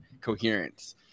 coherence